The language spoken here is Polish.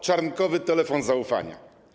Czarnkowy telefon zaufania.